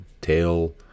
tail